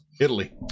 Italy